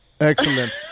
excellent